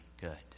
good